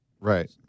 Right